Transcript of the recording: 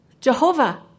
Jehovah